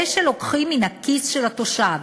זה שלוקחים מן הכיס של התושב